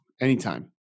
Anytime